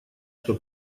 что